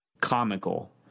comical